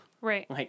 Right